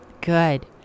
Good